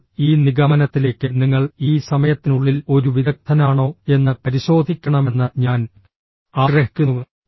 ഇപ്പോൾ ഈ നിഗമനത്തിലേക്ക് നിങ്ങൾ ഈ സമയത്തിനുള്ളിൽ ഒരു വിദഗ്ദ്ധനാണോ എന്ന് പരിശോധിക്കണമെന്ന് ഞാൻ ആഗ്രഹിക്കുന്നു